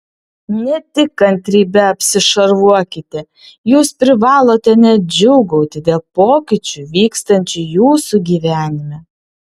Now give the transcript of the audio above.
ne tik kantrybe apsišarvuokite jūs privalote net džiūgauti dėl pokyčių vykstančių jūsų gyvenime